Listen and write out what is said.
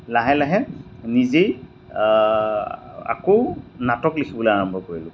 লাহে লাহে নিজেই আকৌ নাটক লিখিবলৈ আৰম্ভ কৰিলোঁ